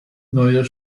neuer